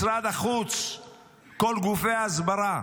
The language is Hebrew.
משרד החוץ וכל גופי ההסברה,